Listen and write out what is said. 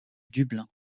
dublin